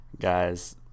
guys